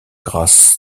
grâce